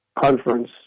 conference